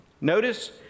Notice